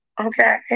okay